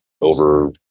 over